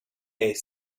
est